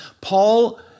Paul